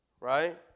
Right